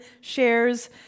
shares